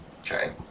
Okay